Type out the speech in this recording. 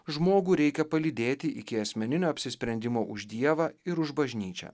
žmogų reikia palydėti iki asmeninio apsisprendimo už dievą ir už bažnyčią